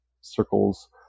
circles